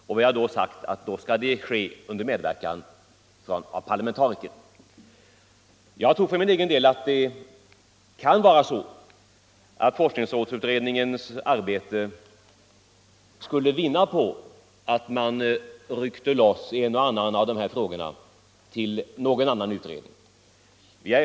Men vi har betonat att det då skall ske under 51 Jag tror för min del att forskningsrådsutredningens arbete skulle vinna på att man ryckte loss en och annan av dessa frågor och överlämnade den till någon annan utredning.